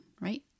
right